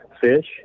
fish